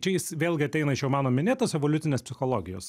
čia jis vėlgi ateina iš jau mano minėtos evoliucinės psichologijos